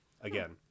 Again